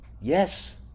Yes